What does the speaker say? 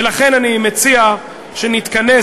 ולכן אני מציע שנתכנס,